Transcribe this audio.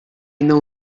know